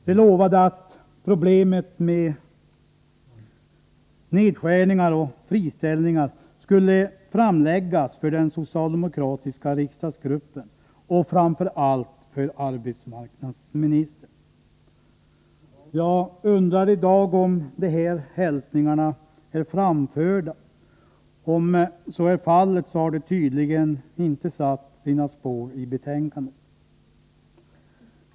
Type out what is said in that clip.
De lovade att problemet med nedskärningar och friställningar skulle framläggas för den socialdemokratiska riksdagsgruppen — och framför allt för arbetsmarknadsministern. Jag undrar i dag om de hälsningarna är framförda. Om så är fallet har det tydligen inte satt sina spår i betänkandet.